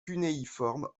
cunéiforme